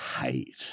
hate